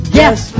yes